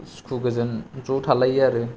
सुखु गोजोन ज' थालायो आरो